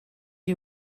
you